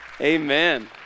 Amen